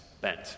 bent